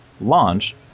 launch